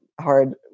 hard